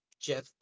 Jeff